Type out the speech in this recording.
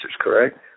correct